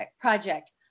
Project